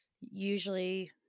usually